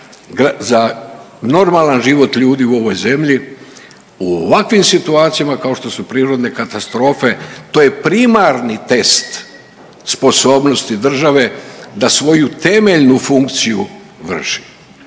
za normalan život ljudi u ovoj zemlji, u ovakvim situacijama kao što su prirodne katastrofe to je primarni test sposobnosti države da svoju temeljnu funkciju vrši.